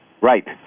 Right